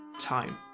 time.